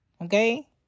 Okay